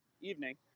evening